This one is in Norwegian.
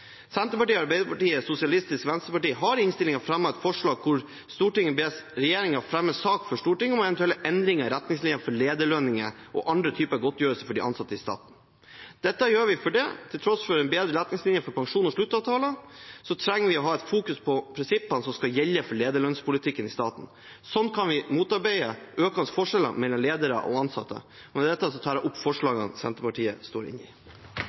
Senterpartiet, Arbeiderpartiet og Sosialistisk Venstreparti har i innstillingen fremmet et forslag: «Stortinget ber regjeringen fremme sak for Stortinget om eventuelle endringer i retningslinjene for lederlønninger og andre typer godtgjørelser for de ansatte i staten.» Dette gjør vi fordi vi, til tross for bedre retningslinjer for pensjon og sluttavtaler, trenger å fokusere på prinsippene som skal gjelde for lederlønnspolitikken i staten. Slik kan vi motarbeide økende forskjeller mellom ledere og ansatte. Med dette tar jeg opp forslaget Senterpartiet står inne i.